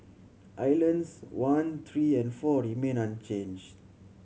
islands one three and four remained unchanged